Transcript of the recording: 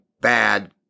bad